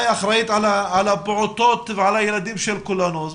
אחראית על הפעוטות ועל הילדים של כולנו.